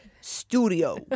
Studio